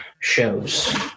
shows